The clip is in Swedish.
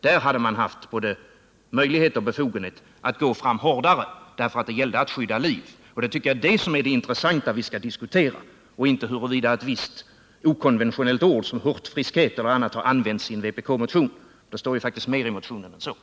Där hade man haft både möjlighet och befogenhet att gå fram hårdare, därför att det gällde att skydda liv. Jag tycker att det är det intressanta som vi skall diskutera och inte huruvida ett okonventionellt ord som hurtfriskhet eller annat har använts i en vpkmotion. Det står ju faktiskt mer i den aktuella motionen än så.